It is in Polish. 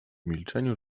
milczeniu